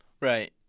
Right